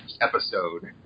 episode